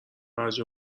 هرجا